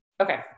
Okay